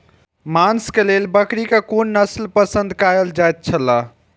मांस के लेल बकरी के कुन नस्ल पसंद कायल जायत छला?